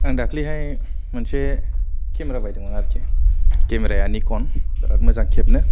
आं दाख्लिहाय मोनसे केमेरा बायदोंमोन आरखि केमेराया निकन बेराद मोजां खेबनो